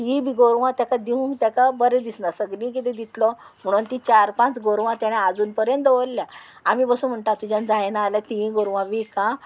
तियी बी गोरवां ताका दिवंक ताका बरें दिसना सगळीं किदें दितलो म्हणोन तीं चार पांच गोरवां तेणें आजून पर्यंत दवरल्या आमी पसून म्हणटा तुज्यान जायना जाल्यार तियीं गोरवां वीक आं